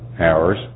hours